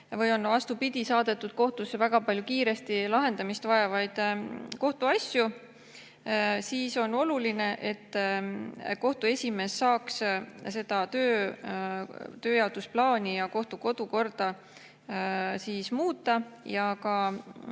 või on, vastupidi, saadetud kohtusse väga palju kiiret lahendamist vajavaid kohtuasju. Siis on oluline, et kohtu esimees saaks seda tööjaotusplaani ja kohtu kodukorda muuta ning